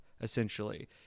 essentially